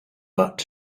but